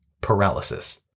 paralysis